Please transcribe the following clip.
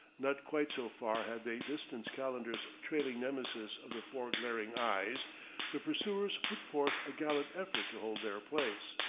not quite so far had they distanced calendar's trailing nemesis of the four glaring eyes the pursuers put forth a gallant effort to hold their place.